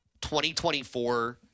2024